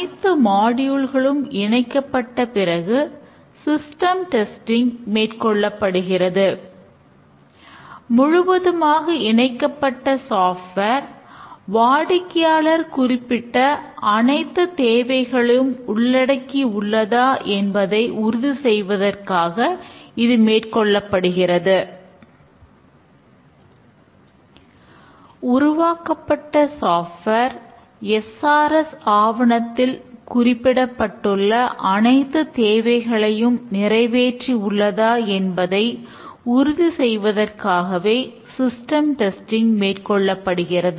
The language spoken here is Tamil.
அனைத்து மாடியூல்ளும் வாடிக்கையாளர் குறிப்பிட்ட அனைத்துத் தேவைகளையும் உள்ளடக்கி உள்ளதா என்பதை உறுதி செய்வதற்காக இது மேற்கொள்ளப்படுகிறது